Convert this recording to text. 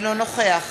אינו נוכח